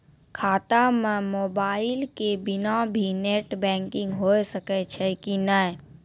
खाता म मोबाइल के बिना भी नेट बैंकिग होय सकैय छै कि नै?